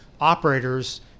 operators